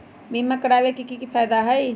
बीमा करबाबे के कि कि फायदा हई?